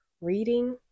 reading